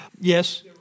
Yes